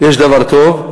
שיש דבר טוב,